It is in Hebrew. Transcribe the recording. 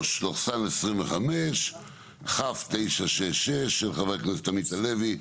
אנחנו ב-פ/3343/25 כ/966, של חבר הכנסת עמית הלוי,